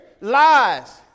Lies